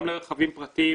גם לרכבים פרטיים,